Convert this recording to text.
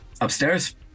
Upstairs